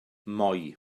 moi